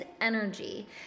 energy